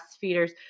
feeders